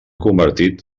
convertit